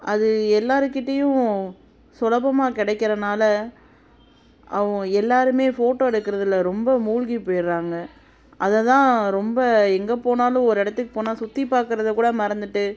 அது எல்லோருக்கிட்டையும் சுலபமாக கெடைக்குறதுனால அவங்க எல்லோருமே ஃபோட்டோ எடுக்கிறதுல ரொம்ப மூழ்கி போயிடுறாங்க அதை தான் ரொம்ப எங்கே போனாலும் ஒரு இடத்துக்கு போனால் சுற்றிப் பார்க்குறதக் கூட மறந்துவிட்டு